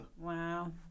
Wow